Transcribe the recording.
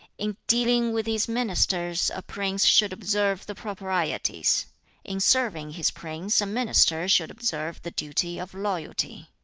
in dealing with his ministers a prince should observe the proprieties in serving his prince a minister should observe the duty of loyalty.